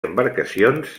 embarcacions